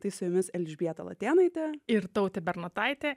tai su jumis elžbieta latėnaitė ir tautė bernotaitė